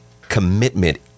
commitment